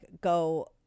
go